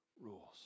rules